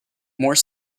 more